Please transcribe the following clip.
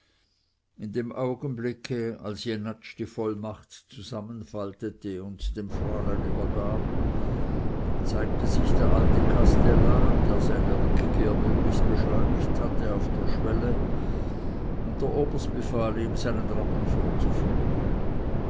in dem augenblicke als jenatsch die vollmacht zusammenfaltete und dem fräulein übergab zeigte sich der alte kastellan der seine rückkehr möglichst beschleunigt hatte auf der schwelle und der oberst befahl ihm seinen rappen vorzuführen